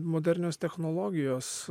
modernios technologijos